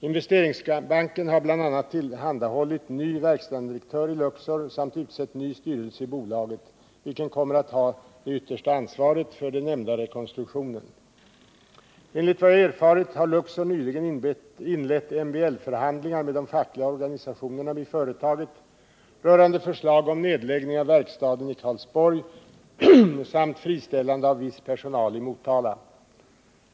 Investeringsbanken har bl.a. tillhandahållit ny verkställande direktör i Luxor samt utsett en ny styrelse i bolaget, vilken kommer att ha det yttersta ansvaret för den nämnda rekonstruktionen. Enligt vad jag erfarit har Luxor nyligen inlett MBL-förhandlingar med de fackliga organisationerna vid företaget rörande förslag om nedläggning av verkstaden i Karlsborg samt friställande av viss personal i Motala.